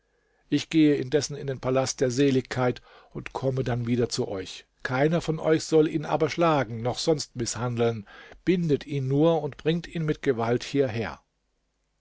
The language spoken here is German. ich gehe indessen in den palast der seligkeit und komme dann wieder zu euch keiner von euch soll ihn aber schlagen noch sonst mißhandeln bindet ihn nur und bringt ihn mit gewalt hierher